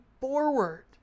forward